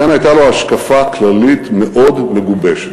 כאן הייתה לו השקפה כללית מאוד מגובשת.